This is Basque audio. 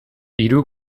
hiru